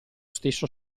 stesso